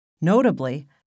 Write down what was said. notably